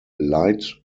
light